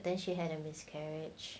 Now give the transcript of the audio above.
then she had a miscarriage